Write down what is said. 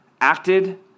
acted